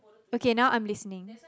okay now I'm listening